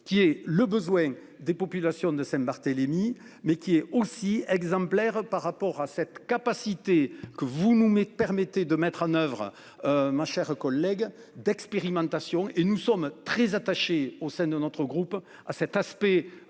qui est le besoin des populations de Saint-Barthélémy mais qui est aussi exemplaire par rapport à cette capacité que vous nous mais permettez de mettre en oeuvre. Ma chère collègue d'expérimentation et nous sommes très attachés au sein de notre groupe à cet aspect